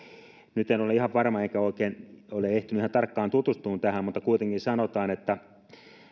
nyt en ole ihan varma enkä oikein ole ehtinyt ihan tarkkaan tutustumaan tähän mutta tässä kuitenkin sanotaan että